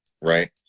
right